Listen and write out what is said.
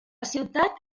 ciutat